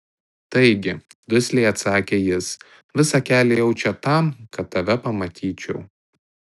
taigi dusliai atsakė jis visą kelią ėjau čia tam kad tave pamatyčiau